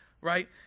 right